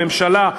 הממשלה,